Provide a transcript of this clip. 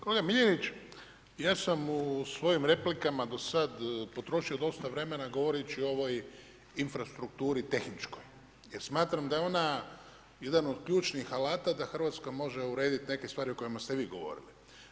Kolega Miljenić, ja sam u svojim replikama do sad potrošio dosta vremena govoreći o ovoj infrastrukturi tehničkoj, jer smatram da je ona jedan od ključnih alata da Hrvatska može urediti neke stvari o kojima ste vi govorili.